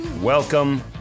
Welcome